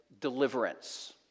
deliverance